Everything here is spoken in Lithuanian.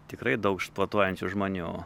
tikrai daug sportuojančių žmonių